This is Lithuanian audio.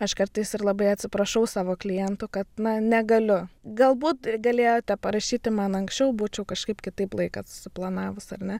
aš kartais ir labai atsiprašau savo klientų kad na negaliu galbūt galėjote parašyti man anksčiau būčiau kažkaip kitaip laiką susiplanavus ar ne